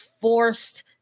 forced